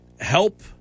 help